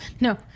no